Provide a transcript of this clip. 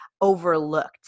overlooked